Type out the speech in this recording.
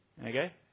Okay